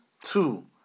two